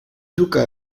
duca